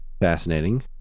fascinating